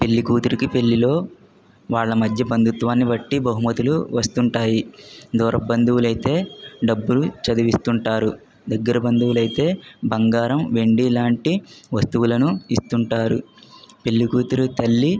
పెళ్ళి కూతురికి పెళ్ళిలో వాళ్ళ మధ్య బంధుత్వాన్ని బట్టి బహుమతులు వస్తుంటాయి దూరం బంధువులు అయితే డబ్బులు చదివిస్తుంటారు దగ్గర బంధువులు అయితే బంగారం వెండి లాంటి వస్తువులను ఇస్తుంటారు పెళ్ళికూతురు తల్లి